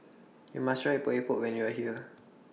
YOU must Try Epok Epok when YOU Are here